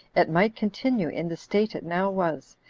it might continue in the state it now was,